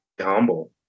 humble